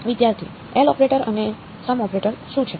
વિદ્યાર્થી L operator અને sum operator શું છે